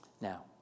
Now